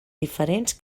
diferents